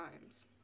times